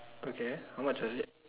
okay how much is it